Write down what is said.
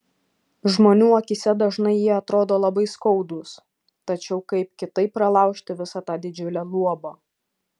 žmonių akyse dažnai jie atrodo labai skaudūs tačiau kaip kitaip pralaužti visa tą didžiulę luobą